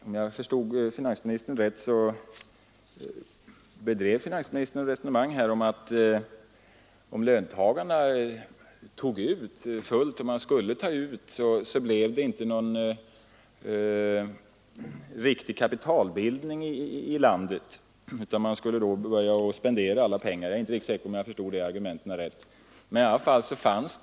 Om jag uppfattade rätt förde finansministern det resonemanget, att om löntagarna tog ut vad de kunde, så blev det inte någon riktig kapitalbildning här i landet. Då skulle de spendera alla sina pengar. Jag är dock inte riktigt säker på att jag där rätt förstod finansministerns argument.